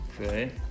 Okay